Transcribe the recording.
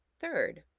Third